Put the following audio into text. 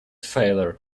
failure